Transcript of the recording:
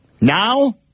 Now